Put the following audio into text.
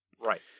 right